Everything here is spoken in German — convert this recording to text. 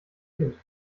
kind